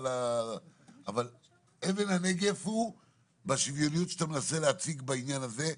אבל אבן הנגף היא בשוויוניות שאתה מנסה להציג בעניין הזה,